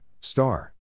star